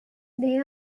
they